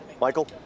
Michael